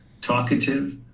talkative